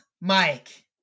Mike